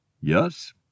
Yes